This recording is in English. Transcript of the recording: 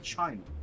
China